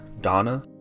Donna